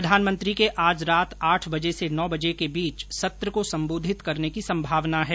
प्रधानमंत्री के आज रात आठ बजे से नौ बजे के बीच सत्र को संबोधित करने की संभावना है